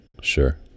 Sure